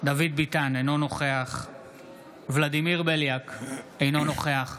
דוד ביטן, אינו נוכח ולדימיר בליאק, אינו נוכח